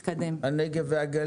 אלון שוסטר, בבקשה.